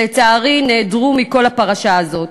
שלצערי נעדרו מכל הפרשה הזאת.